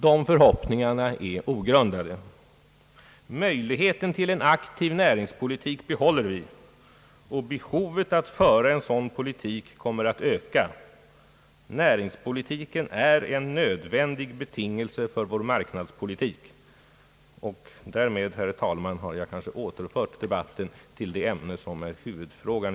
Dessa förhoppningar är ogrundade. Möjligheten till en aktiv näringspolitik behåller vi, och behovet att föra en aktiv politik kommer att öka. Näringspolitiken är en nödvändig betingelse för vår marknadspolitik. Därmed, herr talman, har jag kanske återfört debatten till det ämne som i dag är huvudfrågan.